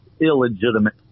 illegitimate